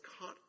caught